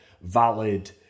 valid